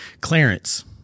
clarence